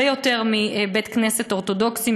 יותר גדולה מאשר בבית-כנסת אורתודוקסי,